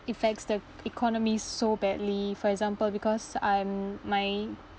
affects the economy so badly for example because I'm my